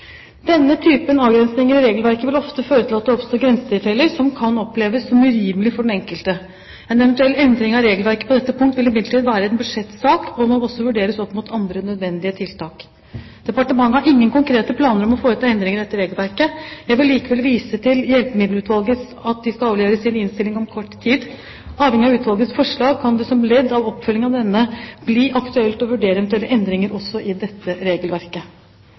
Denne typen avgrensninger i regelverket vil ofte føre til at det oppstår grensetilfeller som kan oppleves som urimelige for den enkelte. En eventuell endring av regelverket på dette punktet vil imidlertid være en budsjettsak, og må også vurderes opp mot andre nødvendige tiltak. Departementet har ingen konkrete planer om å foreta endringer i dette regelverket. Jeg vil likevel vise til at Hjelpemiddelutvalget skal avlevere sin innstilling om kort tid. Avhengig av utvalgets forslag kan det som ledd i oppfølgingen av denne bli aktuelt å vurdere eventuelle endringer også i dette regelverket.